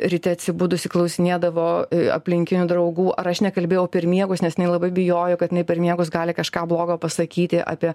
ryte atsibudusi klausinėdavo aplinkinių draugų ar aš nekalbėjau per miegus nes jinai labai bijojo kad jinai per miegus gali kažką blogo pasakyti apie